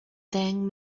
ddeng